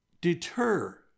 deter